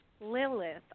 Lilith